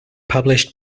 published